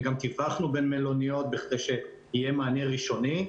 וגם תיווכנו בין מלוניות בכדי שיהיה מענה ראשוני,